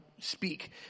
speak